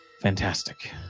fantastic